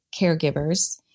caregivers